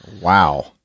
Wow